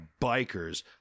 bikers